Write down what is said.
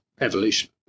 evolution